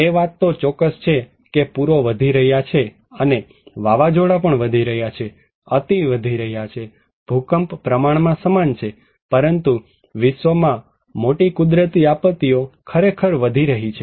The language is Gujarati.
એ વાત તો ચોક્કસ છે કે પૂરો વધી રહ્યા છે અને વાવાઝોડા પણ વધી રહ્યા છે અતિ વધી રહ્યા છે ભૂકંપ પ્રમાણમાં સમાન છે પરંતુ વિશ્વમાં મોટી કુદરતી આપત્તિઓ ખરેખર વધી રહી છે